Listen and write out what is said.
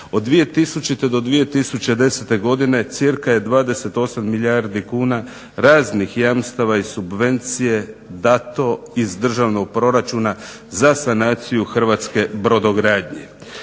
Od 2000. do 2010. godine cirka je 28 milijardi kuna raznih jamstava i subvencije dato iz državnog proračuna za sanaciju Hrvatske brodogradnje.